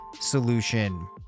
solution